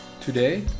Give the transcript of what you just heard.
Today